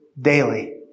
daily